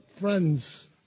friends